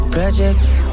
Projects